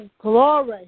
Glory